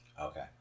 Okay